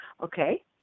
Okay